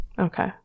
Okay